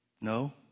No